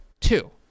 Two